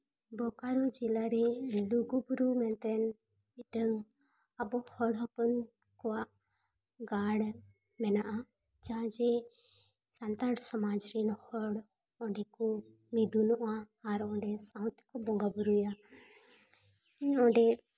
ᱵᱳᱠᱟᱨᱳ ᱡᱮᱞᱟᱨᱮ ᱞᱩᱜᱩᱼᱵᱩᱨᱩ ᱢᱮᱱᱛᱮ ᱢᱤᱫᱴᱮᱱ ᱟᱵᱚ ᱦᱚᱲ ᱦᱚᱯᱚᱱ ᱠᱚᱣᱟᱜ ᱜᱟᱲ ᱢᱮᱱᱟᱜᱼᱟ ᱡᱟᱦᱟᱸ ᱡᱮ ᱥᱟᱱᱛᱟᱲ ᱥᱚᱢᱟᱡᱽ ᱨᱮᱱ ᱦᱚᱲ ᱚᱸᱰᱮ ᱠᱚ ᱢᱤᱫᱩᱱᱚᱜᱼᱟ ᱟᱨ ᱚᱸᱰᱮ ᱢᱤᱫ ᱥᱟᱶᱛᱮᱠᱚ ᱵᱚᱸᱜᱟᱼᱵᱳᱨᱳᱭᱟ ᱤᱧ ᱚᱸᱰᱮ